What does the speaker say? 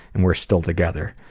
and we're still together.